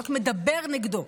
הוא רק מדבר נגדו.